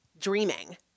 dreaming